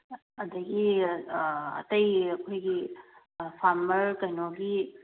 ꯑꯗꯒꯤ ꯑꯇꯩ ꯑꯩꯈꯣꯏꯒꯤ ꯐꯥꯔꯃꯔ ꯀꯩꯅꯣꯒꯤ